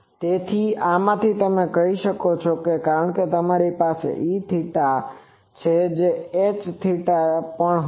તેથી આમાંથી તમે તે કરી શકો છો કારણ કે તમારી પાસે Eθ પણ છે અને Hθ પણ હશે